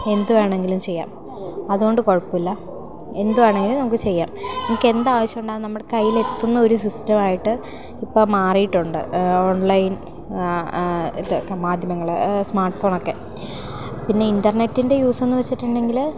എന്തു വേണമെങ്കിലും ചെയ്യാം അതു കൊണ്ട് കുഴപ്പമില്ല എന്തു വേണമെങ്കിലും നമുക്ക് ചെയ്യാം നമുക്കെന്താവശ്യമുണ്ടോ അതു നമ്മുടെ കയ്യിലെത്തുന്നൊരു സിസ്റ്റമായിട്ട് ഇപ്പം മാറിയിട്ടുണ്ട് ഓൺലൈൻ ഇതു മാധ്യമങ്ങൾ സ്മാർട്ട് ഫോണൊക്കെ പിന്നെ ഇൻറ്റർനെറ്റിൻറ്റെ യൂസെന്നു വെച്ചിട്ടുണ്ടെങ്കിൽ